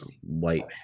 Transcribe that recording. white